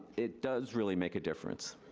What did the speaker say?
it does really make a difference.